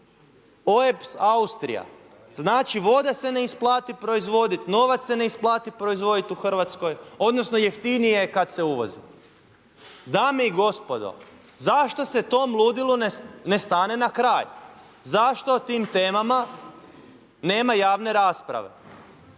OeBS Austrija. Znači voda se ne isplati proizvoditi, novac se ne isplati proizvodi u Hrvatskoj odnosno jeftinije je kada se uvozi. Dame i gospodo, zašto se tom ludilu ne stane na kraj? Zašto o tim temama nema javne rasprave